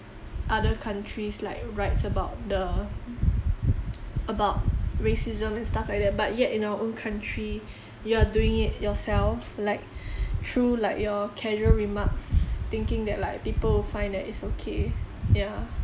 other countries like rights about the about racism and stuff like that but yet in our own country you are doing it yourself like through like your casual remarks thinking that like people will find that it's okay ya